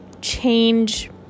change